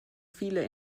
viele